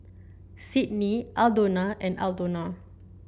Sydnee Aldona and Aldona